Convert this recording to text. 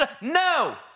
No